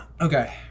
Okay